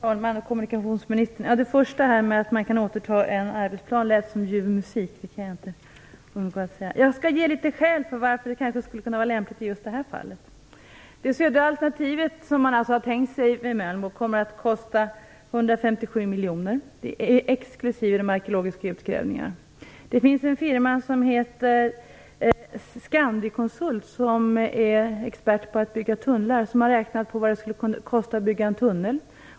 Fru talman! Kommunikationsministern! Att det lät som ljuv musik att man kan återta en arbetsplan kan jag inte undgå att säga. Jag skall ange några skäl till att det skulle vara lämpligt i just detta fall. Det södra alternativet vid Mölnbo, som man alltså har tänkt sig, kommer att kosta 157 miljoner, exkl. kostnader för arkeologiska utgrävningar. Det finns en firma som heter Scandiaconsult som är expert på att bygga tunnlar. De har räknat på vad det skulle kosta att bygga en tunnel.